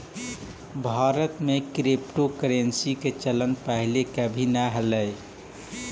भारत में क्रिप्टोकरेंसी के चलन पहिले कभी न हलई